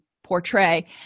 Portray